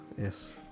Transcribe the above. Yes